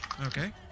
Okay